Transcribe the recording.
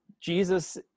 jesus